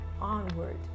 onward